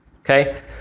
Okay